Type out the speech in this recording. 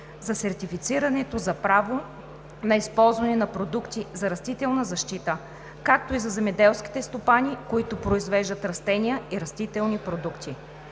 за сертифицирането за право на използване на продукти за растителна защита, както и за земеделските стопани, които произвеждат растения и растителни продукти.